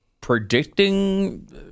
predicting